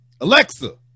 alexa